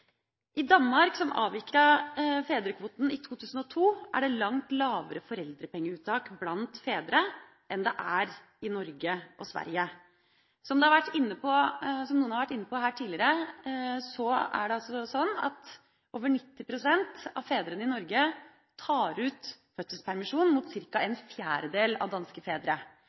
I Danmark, som avviklet fedrekvoten i 2002, er det langt lavere foreldrepengeuttak blant fedre enn det er i Norge og Sverige. Som noen har vært inne på her tidligere, er det slik at over 90 pst. av fedrene i Norge tar ut fødselspermisjon, mot ca. en fjerdedel av danske fedre.